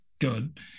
good